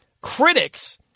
critics